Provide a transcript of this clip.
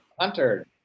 Hunter